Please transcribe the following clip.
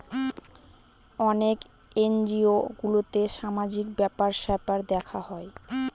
অনেক এনজিও গুলোতে সামাজিক ব্যাপার স্যাপার দেখা হয়